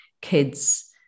kids